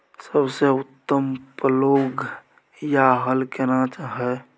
सबसे उत्तम पलौघ या हल केना हय?